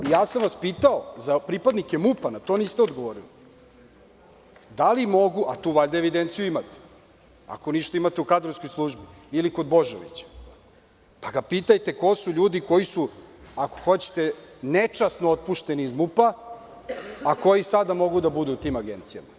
Pitao sam vas za pripadnike MUP-a, a na to niste odgovorili, a tu valjda evidenciju imate, ako ništa, imate u kadrovskoj službi ili kod Božovića, pa ga pitajte ko su ljudi, koji su nečasno otpušteni iz MUP-a, a koji sada mogu da budu u tim agencijama.